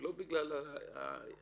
לא בגלל היועץ,